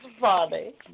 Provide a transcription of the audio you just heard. funny